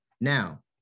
Now